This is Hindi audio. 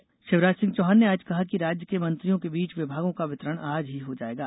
विभाग वितरण शिवराज सिंह चौहान ने आज कहा कि राज्य के मंत्रियों के बीच विभागों का वितरण आज ही हो जाएगा